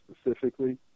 specifically